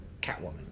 Catwoman